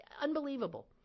Unbelievable